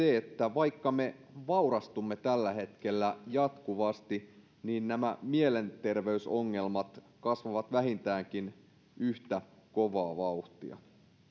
vaikka me vaurastumme tällä hetkellä jatkuvasti niin nämä mielenterveysongelmat kasvavat vähintäänkin yhtä kovaa vauhtia